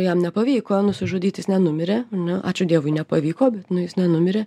jam nepavyko nusižudyt jis nenumirė ar ne ačiū dievui nepavyko bet nu jis nenumirė